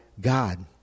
God